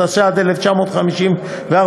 התשי"ד 1954,